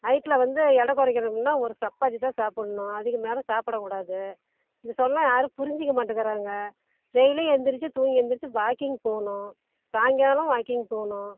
நைட்டில் வந்து எடை குறைக்கணும்னா ஒரு சப்பாத்தி தான் சாப்பிட்ணும் அதுக்குமேல சாப்பிடக்கூடாது இது சொன்னால் யாரும் புரிஞ்சிக்க மாட்டேங்கிறாங்க டெய்லியும் எழுந்திரிச்சி தூங்கி எழுந்திரிச்சி வாக்கிங் போகணும் சாயங்காலம் வாக்கிங் போகணும்